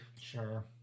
Sure